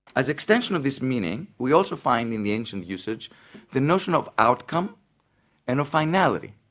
as extension of this meaning, we also find in the ancient usage the notion of outcome and of finality,